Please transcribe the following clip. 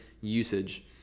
usage